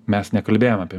mes nekalbėjome apie